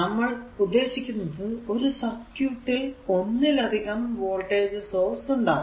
നമ്മൾ ഉദ്ദേശിക്കുന്നത് ഒരു സർക്യൂട് ൽ ഒന്നിൽ അധികം വോൾടേജ് സോഴ്സ് ഉണ്ടാകാം